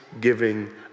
giving